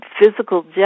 physical